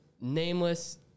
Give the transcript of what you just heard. nameless